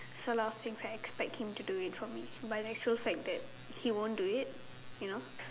so lah I expect him to do it for me but in actual fact that he won't do it you know